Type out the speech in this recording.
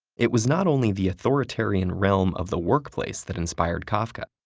it was not only the authoritarian realm of the workplace that inspired kafka.